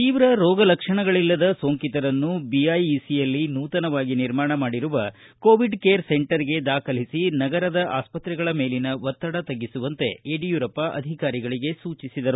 ತೀವ್ರ ರೋಗಲಕ್ಷಣಗಳಿಲ್ಲದ ಸೋಂಕಿತರನ್ನು ಬಿಐಇಸಿಯಲ್ಲಿ ನೂತನವಾಗಿ ನಿರ್ಮಾಣ ಮಾಡಿರುವ ಕೊವಿಡ್ ಕೇರ್ ಸೆಂಟರ್ಗೆ ದಾಖಲಿಸಿ ನಗರದ ಆಸ್ಪತ್ತೆಗಳ ಮೇಲಿನ ಒತ್ತಡ ತಗ್ಗಿಸುವಂತೆ ಯಡಿಯೂರಪ್ಪ ಸೂಚಿಸಿದರು